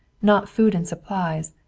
not food and supplies,